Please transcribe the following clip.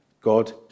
God